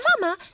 Mama